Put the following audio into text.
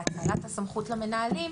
מכוח התקנות, בנוגע להקניית הסמכות למנהלים,